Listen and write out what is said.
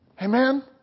Amen